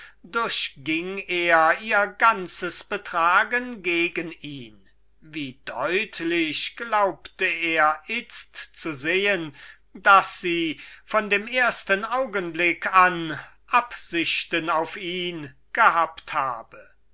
durchging er ihr ganzes betragen gegen ihn wie deutlich glaubte er itzt zu sehen daß sie von dem ersten augenblick an absichten auf ihn gehabt habe